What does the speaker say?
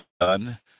done